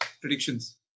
Predictions